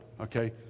Okay